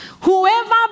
Whoever